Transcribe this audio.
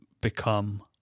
become